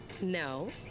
No